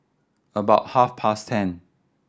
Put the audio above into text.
about half past ten